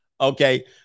Okay